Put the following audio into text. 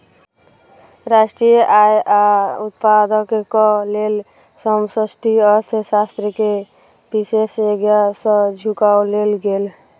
राष्ट्रीय आय आ उत्पादनक लेल समष्टि अर्थशास्त्र के विशेषज्ञ सॅ सुझाव लेल गेल